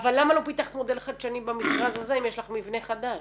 אבל למה לא פיתחת מודל חדשני במכרז הזה אם יש לך מבנה חדש?